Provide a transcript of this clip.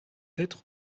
être